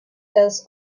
does